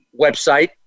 website